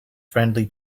friendly